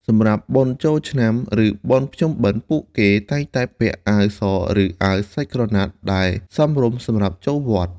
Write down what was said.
សម្រាប់បុណ្យចូលឆ្នាំឬបុណ្យភ្ជុំបិណ្ឌ ពួកគេតែងតែពាក់អាវសឬអាវសាច់ក្រណាត់ដែលសមរម្យសម្រាប់ចូលវត្ត។